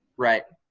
right.